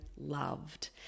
loved